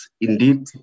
indeed